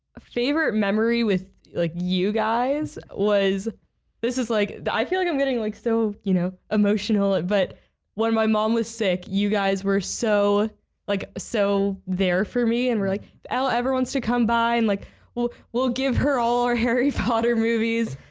ah favorite memory with like you guys was this is like i feel like i'm getting like so you know emotional but when my mom was sick you guys were so like so there for me and really l ever wants to come by and like well we'll give her all our harry potter movies.